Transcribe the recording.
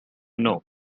know